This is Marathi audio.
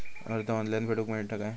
कर्ज ऑनलाइन फेडूक मेलता काय?